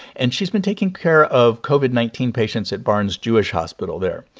and she's been taking care of covid nineteen patients at barnes-jewish hospital there.